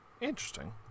Interesting